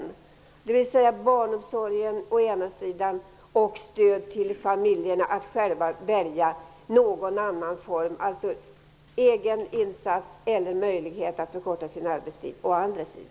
Det skulle å ena sidan vara offentlig barnomsorg, å andra sidan stöd till familjerna att själva välja någon annan barnomsorgsform, t.ex. genom egen insats, eller möjlighet för föräldrarna att förkorta sin arbetstid.